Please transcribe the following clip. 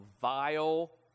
vile